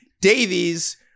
Davies